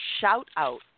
shout-out